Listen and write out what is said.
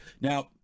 Now